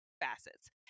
facets